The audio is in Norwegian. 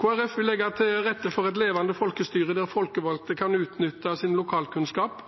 Kristelig Folkeparti vil legge til rette for et levende folkestyre der folkevalgte kan utnytte sin lokalkunnskap.